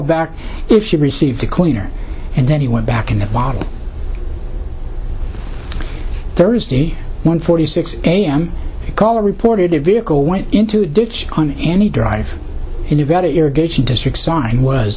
back if she received a cleaner and then he went back in the bottle thursday one forty six a m call reported a vehicle went into a ditch on any drive in nevada irrigation district sign was